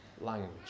language